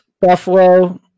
Buffalo